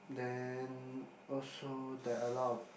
then also there are a lot of